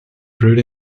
brewed